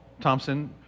Thompson